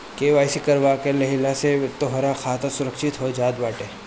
KYC करवा लेहला से तोहार खाता सुरक्षित हो जात बाटे